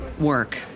work